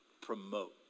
promote